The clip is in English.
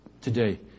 today